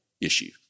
issue